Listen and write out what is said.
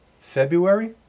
February